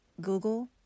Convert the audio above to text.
Google